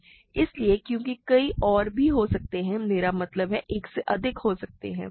इसलिए क्योंकि कई और भी हो सकते हैं मेरा मतलब है एक से अधिक हो सकते हैं